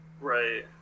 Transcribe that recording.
Right